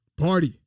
Party